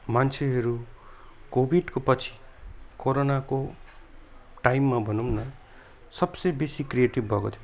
मान्छेहरू कोभिडको पछि कोरोनाको टाइममा भनौँ न सबसे बेसी क्रिएटिभ भएको थियो